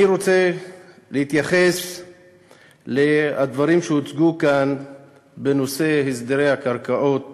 אני רוצה להתייחס לדברים שהוצגו כאן בנושא הסדרי הקרקעות